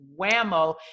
whammo